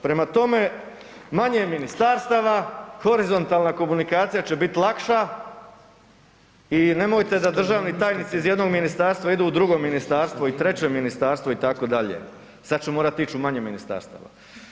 Prema tome, manje je ministarstava, horizontalna komunikacija će biti lakša i nemojte da državni tajnici iz jednog ministarstva idu u drugo ministarstvo i treće ministarstvo itd., sad će morat ić u manje ministarstava.